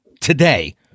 today